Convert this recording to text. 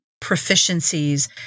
proficiencies